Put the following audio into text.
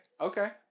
Okay